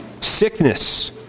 Sickness